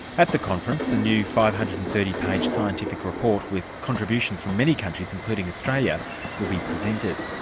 at the conference, a new five hundred and thirty page scientific report with contributions from many countries including australia will be presented.